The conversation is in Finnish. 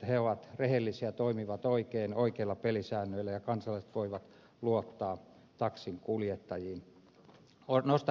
he ovat rehellisiä toimivat oikein oikeilla pelisäännöillä ja kansalaiset voivat luottaa taksinkuljettajiin